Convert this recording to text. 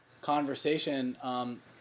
conversation –